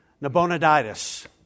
Nabonidus